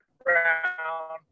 brown